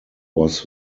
was